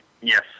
Yes